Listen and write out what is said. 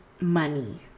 money